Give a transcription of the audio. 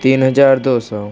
तीन हज़ार दो सौ